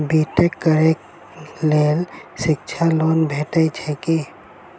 B tech करै लेल शिक्षा लोन भेटय छै की?